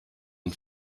und